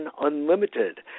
unlimited